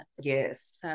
Yes